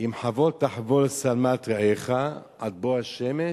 "אם חבׁל תחבׁל שלמת רעך עד בֹא השמש